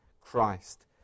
Christ